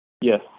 Yes